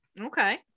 Okay